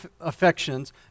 affections